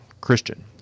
Christian